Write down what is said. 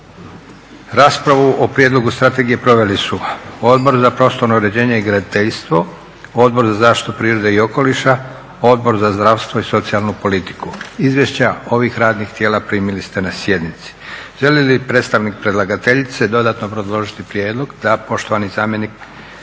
Raspravu o prijedlogu strategije proveli su Odbor za prostorno uređenje i graditeljstvo, Odbora za zaštitu prirode i okoliša, Odbor za zdravstvo i socijalnu politiku. Izvješća ovih radnih tijela primili ste na sjednici. Želi li predstavnik predlagateljice dodatno obrazložiti prijedlog? Da. Poštovani zamjenik